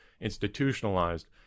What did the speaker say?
institutionalized